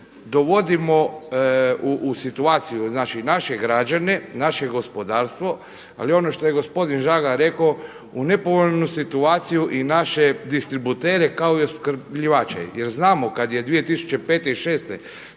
dovodimo u situaciju naše građene, naše gospodarstvo, ali ono što je gospodin Žagar rekao, u nepovoljnu situaciju i naše distributere kao i opskrbljivače. Jer znamo kada je 2005. i 2006.